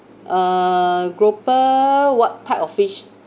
err grouper what type of fish